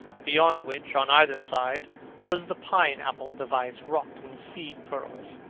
beyond which on either side was the pine-apple device wrought in seed-pearls.